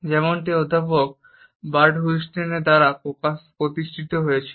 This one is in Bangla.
যেমনটি অধ্যাপক বার্ডউইস্টেল দ্বারা প্রতিষ্ঠিত হয়েছিল